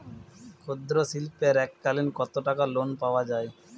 ক্ষুদ্রশিল্পের এককালিন কতটাকা লোন পাওয়া য়ায়?